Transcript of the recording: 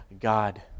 God